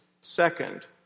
Second